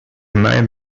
night